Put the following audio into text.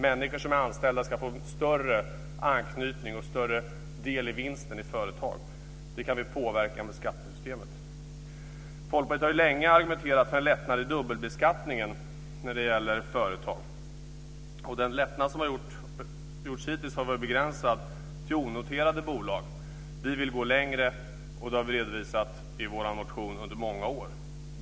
Människor som är anställda ska få större anknytning och större del i vinsten i företag. Det kan vi påverka med skattesystemet. Folkpartiet har länge argumenterat för en lättnad i dubbelbeskattningen när det gäller företag. Den lättnad som har gjorts hittills har varit begränsad till onoterade bolag. Vi vill gå längre, och det har vi redovisat i våra motioner under många år.